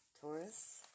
Taurus